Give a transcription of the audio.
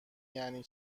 یعنی